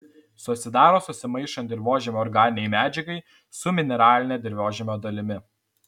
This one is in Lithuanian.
susidaro susimaišant dirvožemio organinei medžiagai su mineraline dirvožemio dalimi